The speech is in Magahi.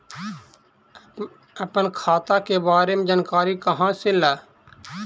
अपन खाता के बारे मे जानकारी कहा से ल?